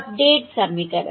update समीकरण